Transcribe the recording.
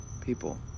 people